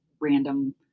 random